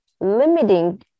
limiting